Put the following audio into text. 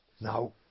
Now